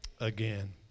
again